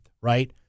right